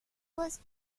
was